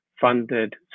funded